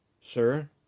Sir